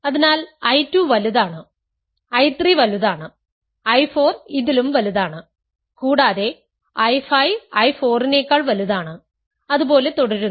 അതിനാൽ I2 വലുതാണ് I3 വലുതാണ് I4 ഇതിലും വലുതാണ് കൂടാതെ I5 I4 നെക്കാൾ വലുതാണ് അതുപോലെ തുടരുന്നു